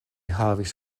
havis